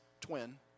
twin